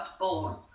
born